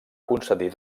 concedir